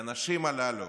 לאנשים הללו,